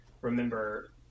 remember